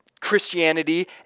Christianity